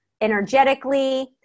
energetically